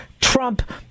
Trump